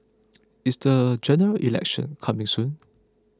is the General Election coming soon